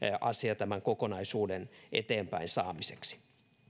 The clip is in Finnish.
asia tämän kokonaisuuden eteenpäinsaamiseksi